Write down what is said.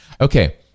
Okay